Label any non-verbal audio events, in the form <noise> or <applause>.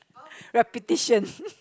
repetition <laughs>